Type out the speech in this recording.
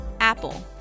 Apple